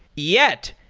yet,